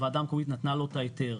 הוועדה המקומית נתנה לו את ההיתר.